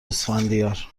اسفندیار